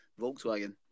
Volkswagen